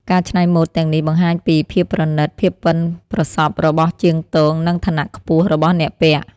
ការច្នៃម៉ូដទាំងនេះបង្ហាញពី ភាពប្រណីត ភាពប៉ិនប្រសប់របស់ជាងទង និង ឋានៈខ្ពស់ របស់អ្នកពាក់។